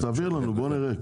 תעביר לנו, ובוא נראה.